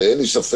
הרי אין לי ספק,